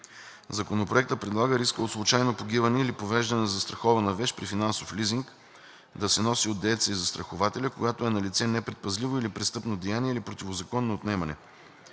Законопроектът предлага рискът от случайно погиване или повреждане на застрахована вещ при финансов лизинг да се носи от дееца и застрахователя, когато е налице непредпазливо или престъпно деяние или противозаконно отнемане.